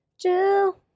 Jill